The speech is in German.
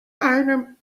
einen